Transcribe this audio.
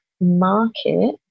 market